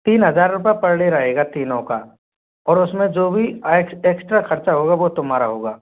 तीन हज़ार रुपया पर डे रहेगा तीनों का और उसमें जो भी एक्स्ट्रा खर्चा होगा वह तुम्हारा होगा